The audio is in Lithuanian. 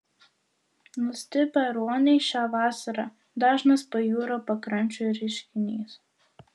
nustipę ruoniai šią vasarą dažnas pajūrio pakrančių reiškinys